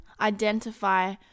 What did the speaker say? identify